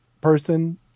person